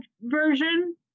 version